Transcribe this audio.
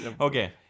Okay